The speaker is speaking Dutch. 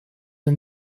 een